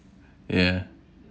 ya